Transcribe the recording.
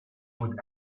would